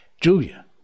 Julia